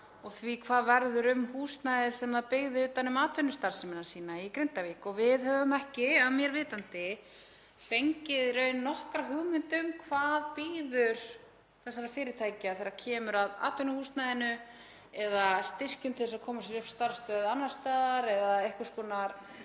og hvað verður um húsnæðið sem það byggði utan um atvinnustarfsemi sína í Grindavík. Við höfum ekki að mér vitandi fengið í raun nokkra hugmynd um hvað bíður þessara fyrirtækja þegar kemur að atvinnuhúsnæðinu eða styrkjum til að koma sér upp starfsstöð annars staðar, alla vega hefur